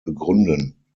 begründen